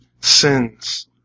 sins